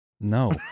no